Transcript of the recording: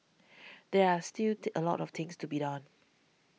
there are still the a lot of things to be done